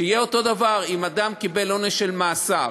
שיהיה אותו דבר, אם אדם קיבל עונש של מאסר